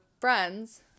friends